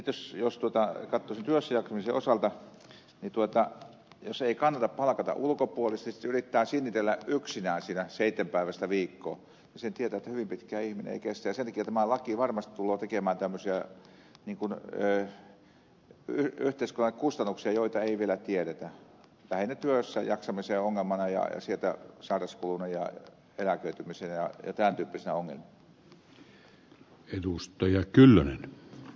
sitten jos katsoo sen työssäjaksamisen osalta niin jos ei kannata palkata ulkopuolisia ja sitten yrittää sinnitellä yksinään siinä seitsemänpäiväistä viikkoa niin sen tietää että hyvin pitkään ihminen ei kestä ja sen takia tämä laki varmasti tulee tekemään yhteiskunnalle kustannuksia joita ei vielä tiedetä lähinnä työssäjaksamisen ongelmana ja sairauskuluina ja eläköitymisenä ja tämän tyyppisinä ongelmina